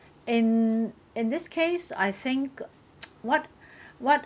in in this case I think what what